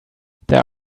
there